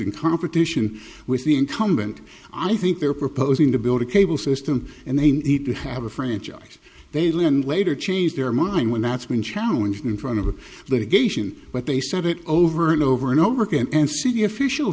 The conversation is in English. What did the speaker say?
in competition with the incumbent i think they're proposing to build a cable system and they need to have a franchise they learned later changed their mind when that's been challenged in front of a litigation but they said it over and over and over again and city official